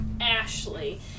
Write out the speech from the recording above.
Ashley